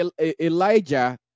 Elijah